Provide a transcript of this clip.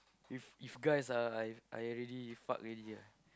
if if guys ah I I already fuck already ah